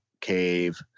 cave